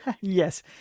Yes